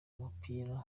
w’umupira